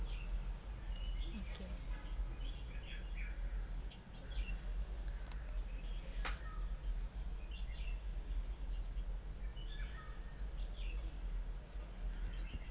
okay